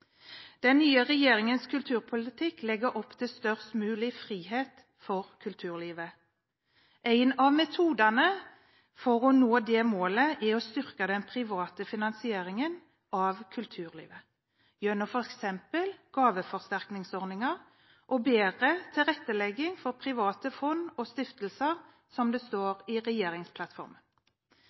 Den nye regjeringens kulturpolitikk legger opp til størst mulig frihet for kulturlivet. En av metodene for å nå det målet er å styrke den private finansieringen av kulturlivet – gjennom f.eks. gaveforsterkningsordninger og bedre tilrettelegging for private fond og stiftelser, som det står i regjeringsplattformen.